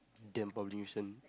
damn pollution